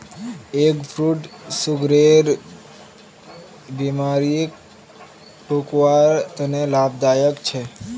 egg fruit सुगरेर बिमारीक रोकवार तने लाभदायक छे